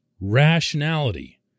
rationality